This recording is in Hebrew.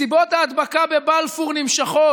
מסיבות ההדבקה בבלפור נמשכות.